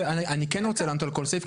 אני כן רוצה לענות על כל סעיף,